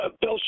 Bill